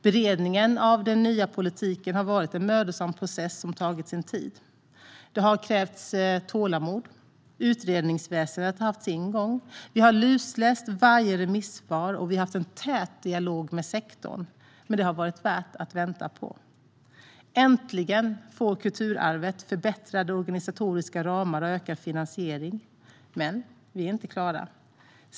Beredningen av den nya politiken har varit en mödosam process som tagit sin tid. Det har krävts tålamod. Utredningsväsendet har haft sin gång. Vi har lusläst varje remissvar, och vi har haft en tät dialog med sektorn. Men det har varit värt att vänta på. Äntligen får kulturarvet förbättrade organisatoriska ramar och ökad finansiering. Vi är dock inte klara.